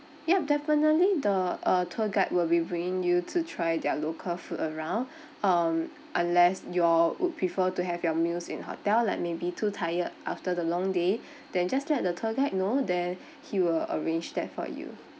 yup definitely the uh tour guide will be bringing you to try their local food around um unless you all would prefer to have your meals in hotel like maybe too tired after the long day then just let the tour guide know then he will arrange that for you